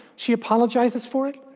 she apologizes for it?